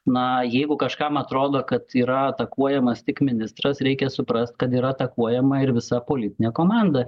na jeigu kažkam atrodo kad yra atakuojamas tik ministras reikia suprast kad yra atakuojama ir visa politinė komanda